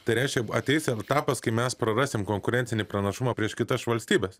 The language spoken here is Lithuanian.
tai reiškia ateis etapas kai mes prarasim konkurencinį pranašumą prieš kitas valstybes